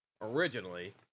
originally